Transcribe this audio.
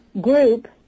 group